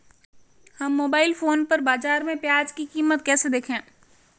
हम mobile phone पर बाज़ार में प्याज़ की कीमत कैसे देखें?